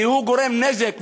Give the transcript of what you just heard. כי הוא גורם נזק,